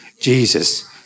Jesus